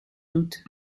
doet